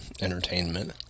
entertainment